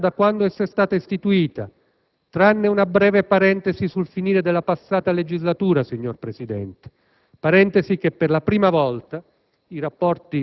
Lo è da quando essa è stata istituita, tranne una breve parentesi sul finire della passata legislatura, signor Presidente, parentesi in cui, per la prima volta,